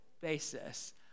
basis